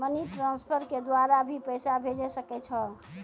Money transfer के द्वारा भी पैसा भेजै सकै छौ?